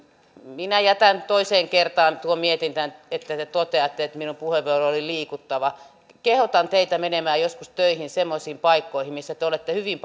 minä jätän toiseen kertaan tuon mietinnän että te toteatte että minun puheenvuoroni oli liikuttava kehotan teitä menemään joskus töihin semmoisiin paikkoihin missä te te olette hyvin